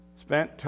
spent